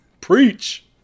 preach